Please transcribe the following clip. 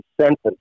sentence